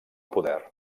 poder